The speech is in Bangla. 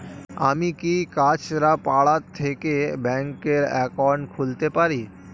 আমি কি কাছরাপাড়া থেকে ব্যাংকের একাউন্ট খুলতে পারি?